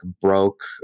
broke